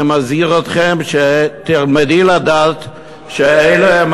ואני מזהיר אתכם: תלמדי לדעת שאלה הם